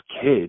kid